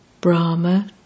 Brahma